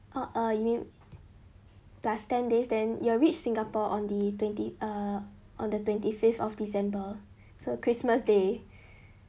oh uh you mean plus ten days then you'll reach singapore on the twenty err on the twenty fifth of december so christmas day